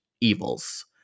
evils